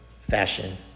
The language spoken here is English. fashion